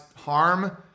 harm